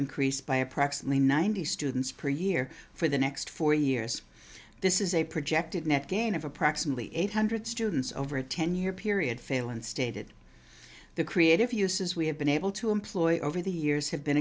increase by approximately ninety students per year for the next four years this is a projected net gain of approximately eight hundred students over a ten year period failand stated the creative uses we have been able to employ over the years have been